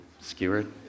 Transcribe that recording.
skewered